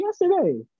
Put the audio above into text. yesterday